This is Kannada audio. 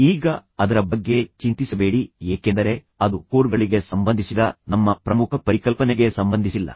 ಈಗ ಅದರ ಬಗ್ಗೆ ಚಿಂತಿಸಬೇಡಿ ಏಕೆಂದರೆ ಅದು ಕೋರ್ಗಳಿಗೆ ಸಂಬಂಧಿಸಿದ ನಮ್ಮ ಪ್ರಮುಖ ಪರಿಕಲ್ಪನೆಗೆ ಸಂಬಂಧಿಸಿಲ್ಲ